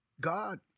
God